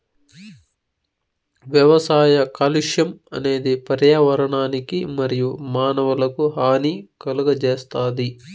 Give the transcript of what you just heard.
వ్యవసాయ కాలుష్యం అనేది పర్యావరణానికి మరియు మానవులకు హాని కలుగజేస్తాది